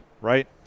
Right